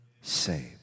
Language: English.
Saved